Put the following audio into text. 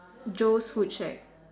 Joe's food shack